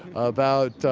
about,